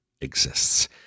exists